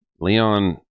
Leon